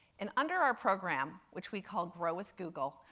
and under our program, which we call grow with google,